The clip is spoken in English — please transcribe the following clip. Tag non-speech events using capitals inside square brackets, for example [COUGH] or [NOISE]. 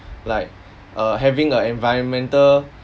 like [BREATH] uh having a environmental